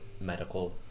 medical